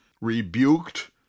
rebuked